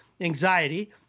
anxiety